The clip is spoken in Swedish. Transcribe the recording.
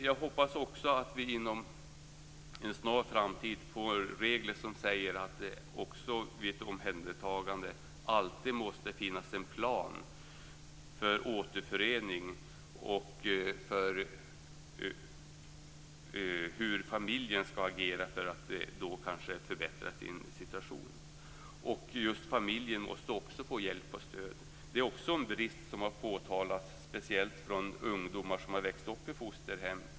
Jag hoppas vidare att vi inom en snar framtid får regler som säger att det vid ett omhändertagande alltid måste finnas en plan för återförening och för hur familjen skall agera för att förbättra sin situation. Just familjen måste också få hjälp och stöd. Det är en brist som har påtalats speciellt av ungdomar som har vuxit upp i fosterhem.